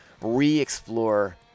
re-explore